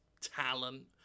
talent